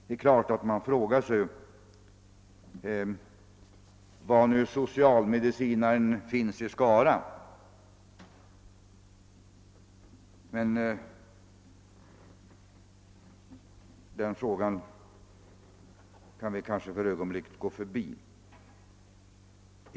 Det är klart att man frågar sig var socialmedicinaren finns i Skara, men den frågan kan vi kanske för ögonblicket gå förbi.